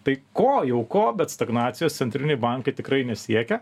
tai ko jau ko bet stagnacijos centriniai bankai tikrai nesiekia